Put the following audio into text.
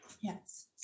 Yes